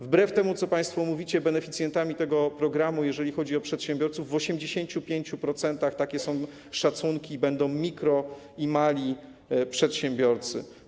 Wbrew temu, co państwo mówicie, beneficjentami tego programu, jeżeli chodzi o przedsiębiorców, w 85% - takie są szacunki - będą mikro- i mali przedsiębiorcy.